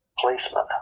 policeman